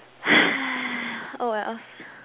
oh wells